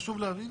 חשוב להבין,